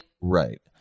right